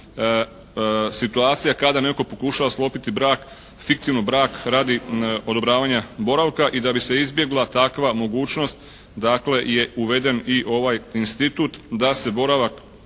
situacija kada netko pokušava sklopiti brak, fiktivno brak, radi odobravanja boravka. I da bi se izbjegla takva mogućnost dakle je uveden i ovaj institut da se boravak